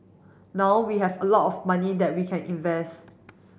now we have a lot of money that we can invest